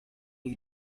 you